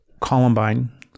Columbine